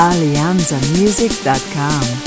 AlianzaMusic.com